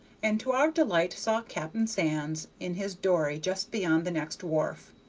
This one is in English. and to our delight saw cap'n sands in his dory just beyond the next wharf.